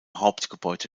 hauptgebäude